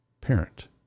parent